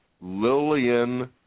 Lillian